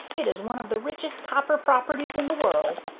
it is one of the richest copper properties in the world,